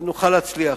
נוכל להצליח.